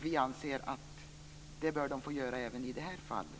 Vi anser att de bör få göra det även i det här fallet.